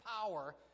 power